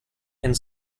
and